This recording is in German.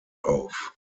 auf